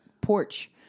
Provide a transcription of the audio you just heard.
porch